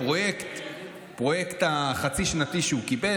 בפרויקט החצי-שנתי שהוא קיבל,